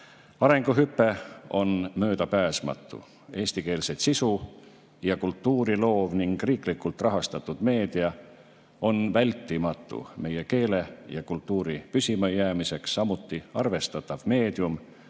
Arenguhüpe on möödapääsmatu, eestikeelset sisu ja kultuuri loov ning riigi rahastatud meedia on vältimatu meie keele ja kultuuri püsimajäämiseks, samuti arvestatav meedium